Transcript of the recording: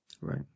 right